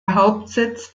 hauptsitz